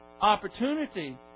opportunity